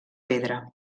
pedra